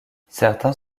certains